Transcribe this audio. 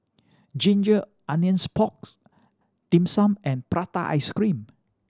ginger onions porks Dim Sum and prata ice cream